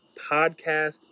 podcast